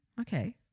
okay